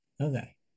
Okay